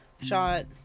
shot